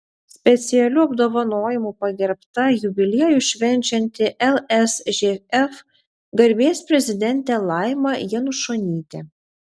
specialiu apdovanojimu pagerbta jubiliejų švenčianti lsžf garbės prezidentė laima janušonytė